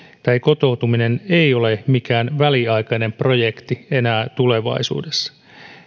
tai kotoutuminen ei ole mikään väliaikainen projekti enää tulevaisuudessa